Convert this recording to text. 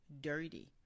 dirty